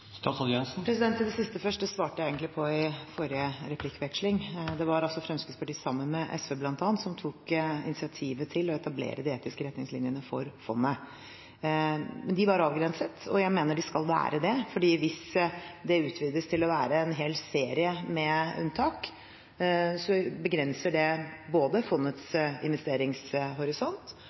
Til det siste først: Det svarte jeg egentlig på i forrige replikkveksling. Det var Fremskrittspartiet sammen med SV bl.a. som tok initiativet til å etablere de etiske retningslinjene for fondet. De var avgrenset, og jeg mener de skal være det, for hvis de utvides til å være en hel serie med unntak, begrenser det fondets investeringshorisont,